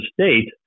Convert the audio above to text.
state